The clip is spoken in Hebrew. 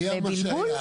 היה מה שהיה.